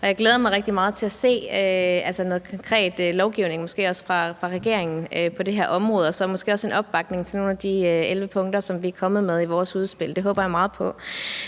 at se noget konkret lovgivning fra regeringen på det her område og så måske også en opbakning til nogle af de 11 punkter, som vi er kommet med i vores udspil. Det håber jeg meget på.